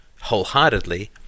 wholeheartedly